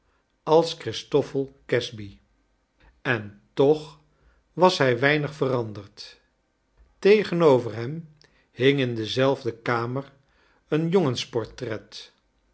als christoffel casby en toch was hij weinig veranderd tegenover hem hing in dezelfde kamer